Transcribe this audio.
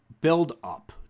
build-up